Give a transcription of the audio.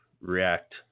react